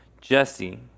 Jesse